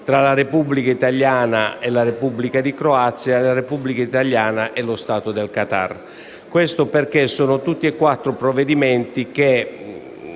tra la Repubblica Italiana e la Repubblica di Croazia e tra la Repubblica Italiana e lo Stato del Qatar; questo perché tutti e quattro i provvedimenti per